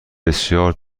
بسیار